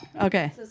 okay